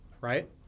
right